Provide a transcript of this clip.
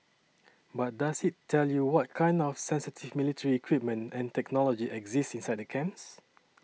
but does it tell you what kind of sensitive military equipment and technology exist inside camps